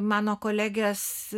mano kolegės